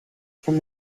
from